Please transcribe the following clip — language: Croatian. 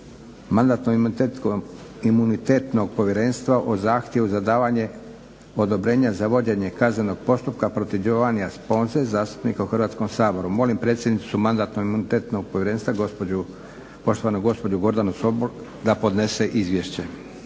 Mandatno-imunitetnog povjerenstva o zahtjevu za davanje odobrenja za vođenje kaznenog postupka protiv Giovannija Sponze zastupnika u Hrvatskom saboru. Molim predsjednicu Mandatno-imunitetnog povjerenstva poštovana gospođu Gordanu Sobol da podnese izvješće.